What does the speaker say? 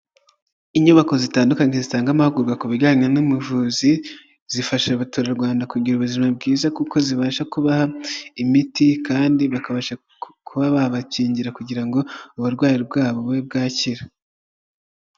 Inyubako zitandukanye zitanga amahugurwa ku bijyanye n'ubuvuzi, zifasha abaturarwanda kugira ubuzima bwiza, kuko zibasha kubaha imiti kandi bakabasha kuba babakingira kugira ngo uburwayi bwabo bube bwakire.